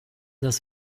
das